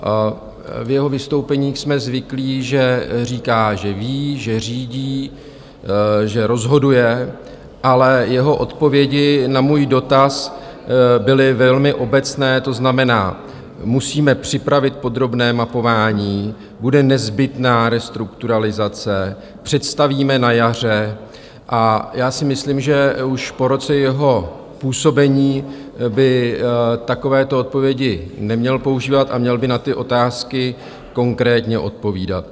V jeho vystoupeních jsme zvyklí, že říká, že ví, že řídí, že rozhoduje, ale jeho odpovědi na můj dotaz byly velmi obecné, to znamená, musíme připravit podrobné mapování, bude nezbytná restrukturalizace, představíme na jaře, a já si myslím, že už po roce jeho působení by takovéto odpovědi neměl používat a měl by na otázky konkrétně odpovídat.